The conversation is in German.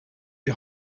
die